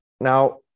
Now